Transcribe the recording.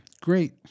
Great